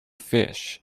fish